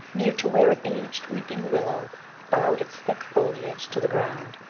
near to where an aged weeping willow bowed its thick foliage to the ground,